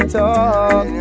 talk